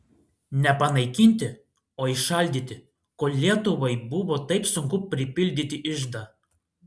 ne panaikinti o įšaldyti kol lietuvai buvo taip sunku pripildyti iždą